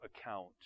account